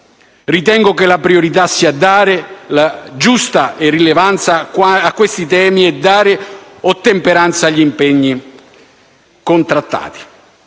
Ritengo che la priorità sia dare la giusta rilevanza a questi temi e dare ottemperanza agli impegni contratti,